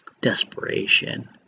desperation